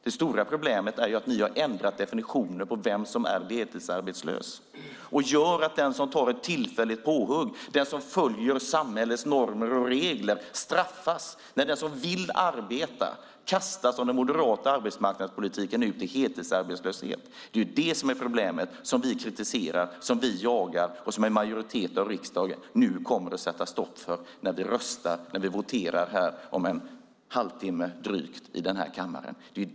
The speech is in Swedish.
Det stora problemet är att ni har ändrat definitionen av vem som är deltidsarbetslös. Den som tar ett tillfälligt påhugg och följer samhällets normer och regler straffas. Den som vill arbeta kastas av den moderata arbetsmarknadspolitiken ut i heltidsarbetslöshet. Det är problemet som vi kritiserar och jagar och som en majoritet av riksdagen kommer att sätta stopp för i voteringen om en stund.